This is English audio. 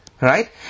right